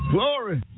Glory